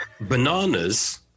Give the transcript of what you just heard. Bananas